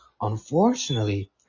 Unfortunately